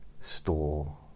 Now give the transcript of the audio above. store